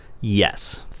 yes